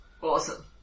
Awesome